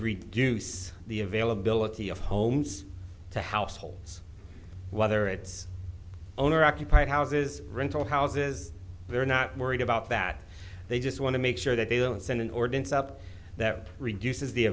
reduce the availability of homes to households whether it's owner occupied houses rental houses they're not worried about that they just want to make sure that they don't send an ordinance up that reduces the